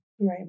Right